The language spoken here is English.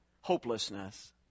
Hopelessness